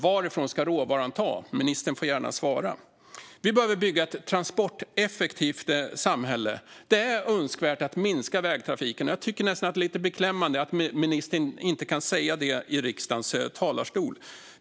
Varifrån ska råvaran tas? Ministern får gärna svara. Vi behöver bygga ett transporteffektivt samhälle. Det är önskvärt att minska vägtrafiken, och jag tycker att det är lite beklämmande att ministern inte kan säga det i riksdagens talarstol.